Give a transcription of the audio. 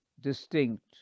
distinct